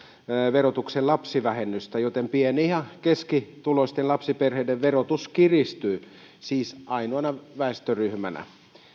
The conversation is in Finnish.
verotuksen lapsivähennystä joten pieni ja keskituloisten lapsiperheiden verotus kiristyy siis ainoana väestöryhmänä